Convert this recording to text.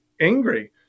angry